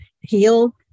Heal